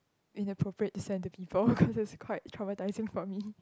inappropriate to send to people cause it's quite traumatizing for me